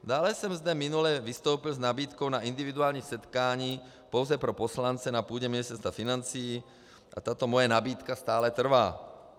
Dále jsem zde minule vystoupil s nabídkou na individuální setkání pouze pro poslance na půdě Ministerstva financí a tato moje nabídka stále trvá.